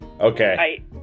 Okay